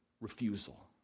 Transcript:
refusal